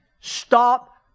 stop